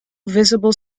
visible